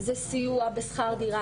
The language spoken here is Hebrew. זה סיוע בשכר דירה,